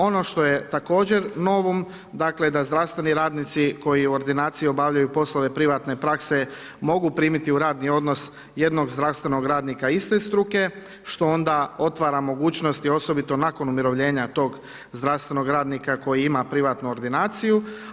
Ono što je također novo, dakle, da zdravstveni radnici koji u ordinaciji obavljaju poslove privatne prakse mogu primiti u radni odnos jednog zdravstvenog radnika iste struke, što onda otvara mogućnost osobito nakon umirovljenja tog zdravstvenog radnika koji ima privatnu ordinaciju.